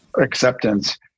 acceptance